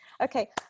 okay